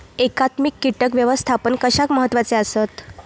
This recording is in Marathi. एकात्मिक कीटक व्यवस्थापन कशाक महत्वाचे आसत?